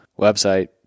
website